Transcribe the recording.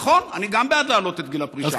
נכון, אני גם בעד להעלות את גיל הפרישה.